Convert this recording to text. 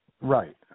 Right